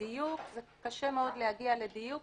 קשה מאוד להגיע לדיוק,